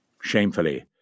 Shamefully